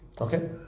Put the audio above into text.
Okay